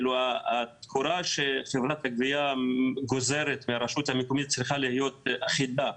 התמורה שחברת הגבייה גוזרת מהרשות המקומית צריכה להיות אחידה.